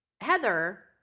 Heather